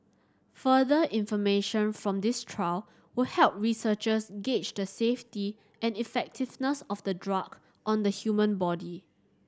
further information from this trial will help researchers gauge the safety and effectiveness of the drug on the human body